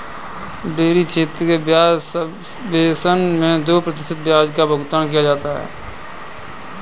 dairy क्षेत्र के ब्याज सबवेसन मैं दो प्रतिशत ब्याज का भुगतान किया जाता है